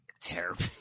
Terrible